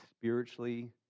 spiritually